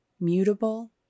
Mutable